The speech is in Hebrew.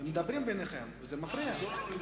מדברים ביניכם, וזה מפריע.